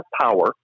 power